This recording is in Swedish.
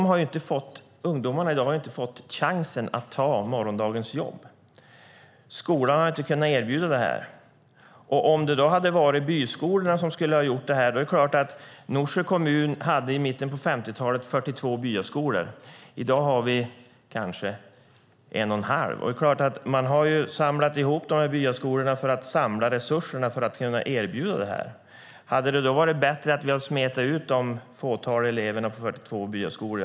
Ungdomarna har inte fått chansen att i dag ta morgondagens jobb. Skolan har inte kunnat erbjuda dem det. Skulle byskolorna då ha kunnat göra det? Norsjö kommun hade i mitten av 50-talet 42 byskolor. I dag har vi kanske en och en halv. Det är klart att man samlat ihop byskolorna för att på så sätt samla resurserna och kunna erbjuda undervisning. Hade det varit bättre att smeta ut de fåtal elever som finns på 42 byskolor?